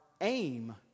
aim